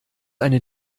eine